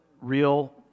real